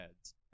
heads